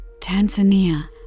Tanzania